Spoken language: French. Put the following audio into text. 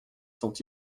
sont